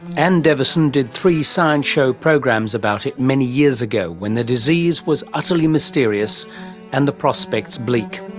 anne deveson did three science show programs about it many years ago when the disease was utterly mysterious and the prospects bleak.